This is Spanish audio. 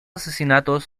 asesinato